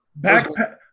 Backpack